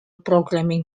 programming